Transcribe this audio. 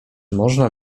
można